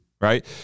right